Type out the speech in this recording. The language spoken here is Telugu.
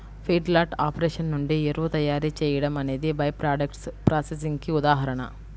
ఫీడ్లాట్ ఆపరేషన్ నుండి ఎరువు తయారీ చేయడం అనేది బై ప్రాడక్ట్స్ ప్రాసెసింగ్ కి ఉదాహరణ